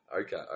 Okay